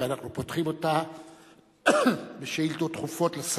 שעה 11:00 תוכן העניינים שאילתות דחופות 6